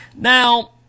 Now